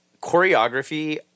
choreography